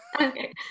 Okay